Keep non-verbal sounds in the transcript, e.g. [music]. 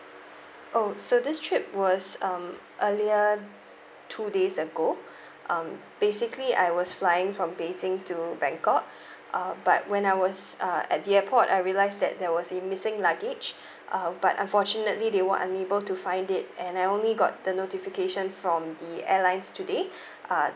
oh so this trip was um earlier two days ago [breath] um basically I was flying from beijing to bangkok [breath] uh but when I was uh at the airport I realised that there was a missing luggage [breath] uh but unfortunately they were unable to find it and I only got the notification from the airlines today [breath] uh